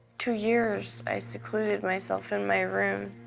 two years, i secluded myself in my room.